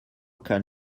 can